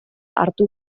hartu